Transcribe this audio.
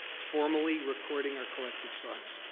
formally recording our collective thoughts.